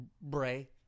Bray